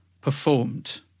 performed